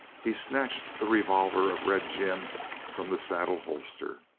he snatched the revolver of red jim from the saddle-holster.